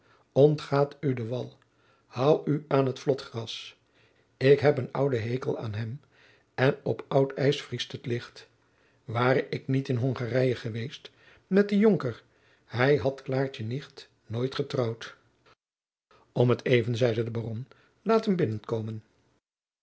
ontgaat u de wal hou u aan t vlotgras ik heb een olden hekel aan hem en op old ijs vriest het licht ware ik niet in hongarije geweest met den jonker hij had klaartjenicht nooit getrouwd om t even zeide de baron laat hem binnenkomen